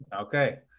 Okay